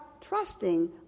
trusting